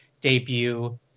debut